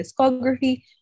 discography